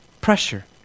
pressure